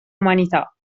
umanità